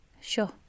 sure